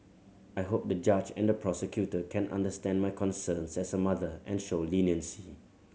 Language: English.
I hope the judge and the prosecutor can understand my concerns as a mother and show leniency